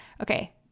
okay